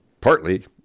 Partly